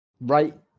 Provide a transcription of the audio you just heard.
right